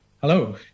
Hello